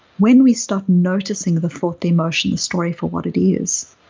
when we stop noticing the thought emotion, the story for what it is,